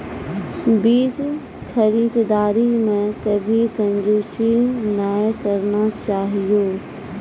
बीज खरीददारी मॅ कभी कंजूसी नाय करना चाहियो